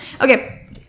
Okay